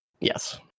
Yes